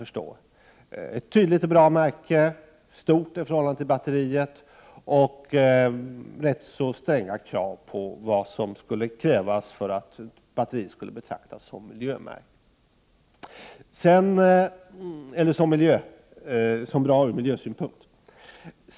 Det är ett tydligt och bra märke, och det är stort i förhållande till batteriet. Man har också kommit fram till att rätt så stränga krav skall vara uppfyllda för att ett batteri skall kunna betraktas som bra ur miljösynpunkt.